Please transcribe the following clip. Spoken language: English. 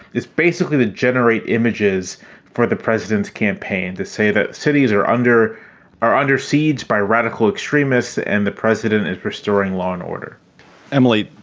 is basically to generate images for the president's campaign to say that cities are under are under siege by radical extremists and the president is restoring law and order emily,